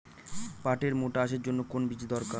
পাটের মোটা আঁশের জন্য কোন বীজ দরকার?